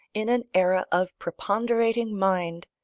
in an era of preponderating mind.